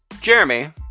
Jeremy